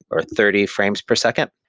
or thirty frames per second?